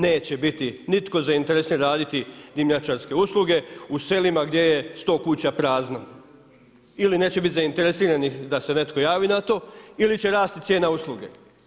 Neće biti nitko zainteresiran raditi dimnjačarske usluge u selima gdje je sto kuća prazno ili neće biti zainteresiranih da se netko javi na to ili će rasti cijena usluge.